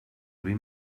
vint